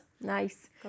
Nice